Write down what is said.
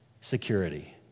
security